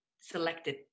selected